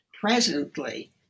presently